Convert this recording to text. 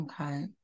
Okay